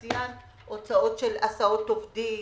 המשרד הוא משרד קריטי בעניין של העובדים הזרים,